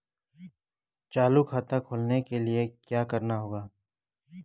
चालू खाता खोलने के लिए क्या करना होगा?